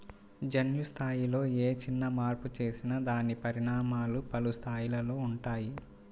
జన్యు స్థాయిలో ఏ చిన్న మార్పు చేసినా దాని పరిణామాలు పలు స్థాయిలలో ఉంటాయి